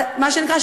מה שנקרא,